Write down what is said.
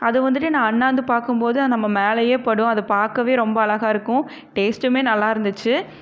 அது வந்துவிட்டு நான் அன்னாந்து பார்க்கும் போது அது நம்ம மேலேயே படும் அது பார்க்கவே ரொம்ப அழகாக இருக்கும் டேஸ்ட்டுமே நல்லாருந்துச்சு